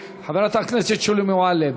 חבר הכנסת דוד ביטן, חברת הכנסת שולי מועלם.